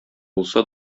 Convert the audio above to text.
булса